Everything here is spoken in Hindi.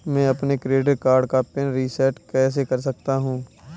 मैं अपने क्रेडिट कार्ड का पिन रिसेट कैसे कर सकता हूँ?